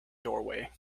doorway